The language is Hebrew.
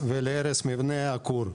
בצ'רנוביל שהביאה לפיצוץ ולהרס מבנה הכור,